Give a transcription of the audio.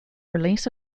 release